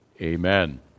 Amen